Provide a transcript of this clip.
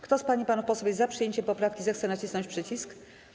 Kto z pań i panów posłów jest za przyjęciem poprawki, zechce nacisnąć przycisk.